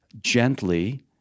gently